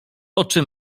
oczy